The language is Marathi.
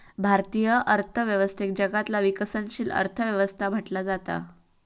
भारतीय अर्थव्यवस्थेक जगातला विकसनशील अर्थ व्यवस्था म्हटला जाता